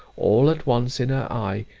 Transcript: all at once in her eye,